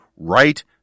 right